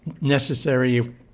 necessary